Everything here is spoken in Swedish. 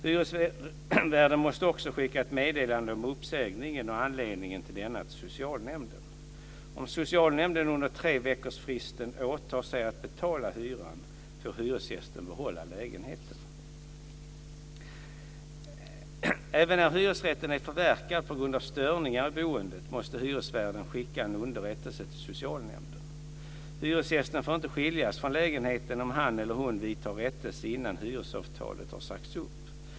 Hyresvärden måste också skicka ett meddelande om uppsägningen och anledningen till denna till socialnämnden. Om socialnämnden under treveckorsfristen åtar sig att betala hyran får hyresgästen behålla lägenheten. Även när hyresrätten är förverkad på grund av störningar i boendet måste hyresvärden skicka en underrättelse till socialnämnden. Hyresgästen får inte skiljas från lägenheten om han eller hon vidtar rättelse innan hyresavtalet har sagts upp.